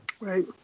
Right